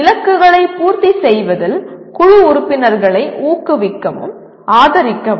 இலக்குகளை பூர்த்தி செய்வதில் குழு உறுப்பினர்களை ஊக்குவிக்கவும் ஆதரிக்கவும் வேண்டும்